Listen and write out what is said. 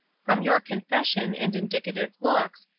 from your confession and indicative looks,